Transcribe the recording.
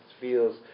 feels